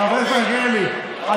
חבר הכנסת מלכיאלי,